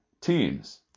teams